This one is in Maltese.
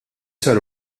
sar